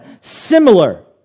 similar